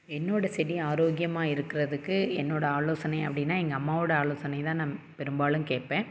என்னோடய செடி ஆரோக்கியமாக இருக்கிறதுக்கு என்னோடய ஆலோசனை அப்படின்னா எங்கள் அம்மாவோடய ஆலோசனை தான் நான் பெரும்பாலும் கேட்பேன்